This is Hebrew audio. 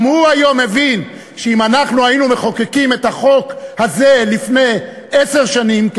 גם הוא היום מבין שאם אנחנו היינו מחוקקים לפני עשר שנים את החוק הזה,